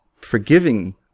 forgiving